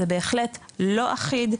זה בהחלט לא אחיד,